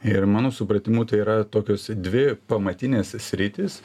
ir mano supratimu tai yra tokios dvi pamatinės sritys